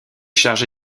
chargé